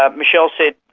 ah michele said,